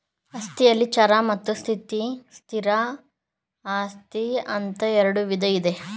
ಆಸ್ತಿಯಲ್ಲಿ ಚರ ಮತ್ತು ಸ್ಥಿರ ಆಸ್ತಿ ಅಂತ ಇರುಡು ವಿಧ ಇದೆ